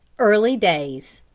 early days.